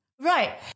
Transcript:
Right